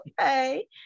okay